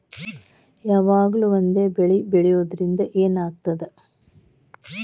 ಯಾವಾಗ್ಲೂ ಒಂದೇ ಬೆಳಿ ಬೆಳೆಯುವುದರಿಂದ ಏನ್ ಆಗ್ತದ?